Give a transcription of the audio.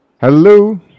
Hello